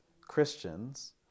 Christians